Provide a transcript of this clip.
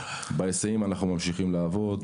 בהיסעים אנחנו ממשיכים לעבוד,